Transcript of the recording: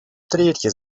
третье